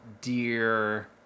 dear